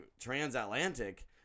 transatlantic